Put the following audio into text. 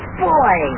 boy